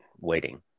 waiting